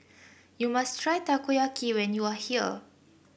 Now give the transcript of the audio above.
you must try Takoyaki when you are here